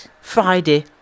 Friday